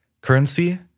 currency